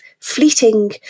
fleeting